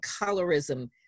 colorism